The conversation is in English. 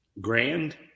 Grand